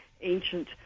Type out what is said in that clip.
ancient